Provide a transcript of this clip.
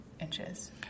inches